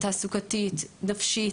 נפשית,